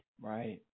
Right